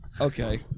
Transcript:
Okay